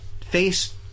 face